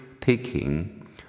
taking